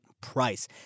price